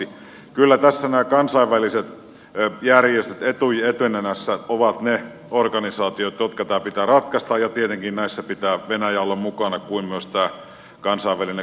kyllä tässä nämä kansainväliset järjestöt etunenässä ovat ne organisaatiot joiden tämä pitää ratkaista ja tietenkin näissä pitää venäjän olla mukana kuten myös tämän kansainvälisen kontaktiryhmän